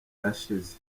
yashize